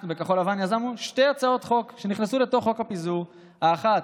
אנחנו בכחול לבן יזמנו שתי הצעות חוק שנכנסו לתוך חוק הפיזור: האחת,